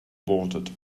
bolted